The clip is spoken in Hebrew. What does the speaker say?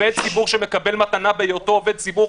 עובד ציבור שמקבל מתנה בהיותו עובד ציבור